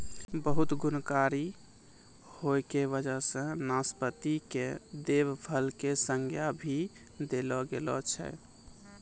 बहुत गुणकारी होय के वजह सॅ नाशपाती कॅ देव फल के संज्ञा भी देलो गेलो छै